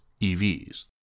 EVs